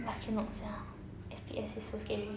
I cannot sia F_P_S is so scary